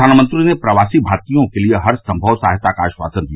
प्रधानमंत्री ने प्रवासी भारतीयों के लिए हर संभव सहायता का आश्वासन दिया